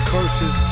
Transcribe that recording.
Curses